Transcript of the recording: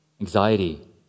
anxiety